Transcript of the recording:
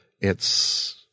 It's